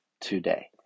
today